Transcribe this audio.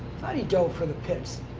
thought he dove for the pits.